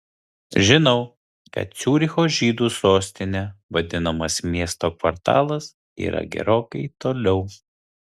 žinau kad ciuricho žydų sostine vadinamas miesto kvartalas yra gerokai toliau